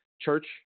church